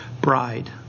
bride